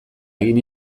hagin